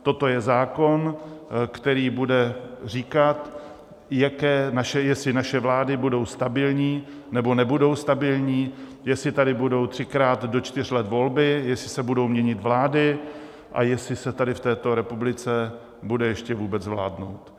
Toto je zákon, který bude říkat, jestli naše vlády budou stabilní, nebo nebudou stabilní, jestli tady budou třikrát do čtyř let volby, jestli se budou měnit vlády a jestli se tady v této republice bude ještě vládnout.